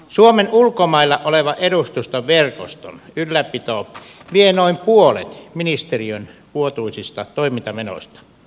suomen ulkomailla olevan edustustoverkoston ylläpito vie noin puolet ministeriön vuotuisista toimintamenoista